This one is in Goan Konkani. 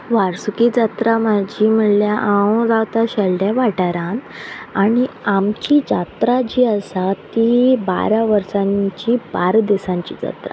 वार्सुकी जात्रा म्हजी म्हळ्यार हांव रावतां शेळड्या वाठारांत आनी आमची जात्रा जी आसा ती बारा वर्सांची बारा दिसांची जात्रा